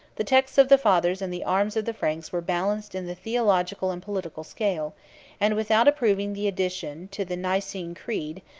the texts of the fathers and the arms of the franks were balanced in the theological and political scale and without approving the addition to the nicene creed,